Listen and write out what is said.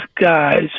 guy's